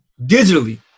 digitally